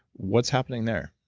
what's happening there?